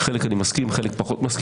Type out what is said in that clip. לפעמים נכונות ולפעמים לא.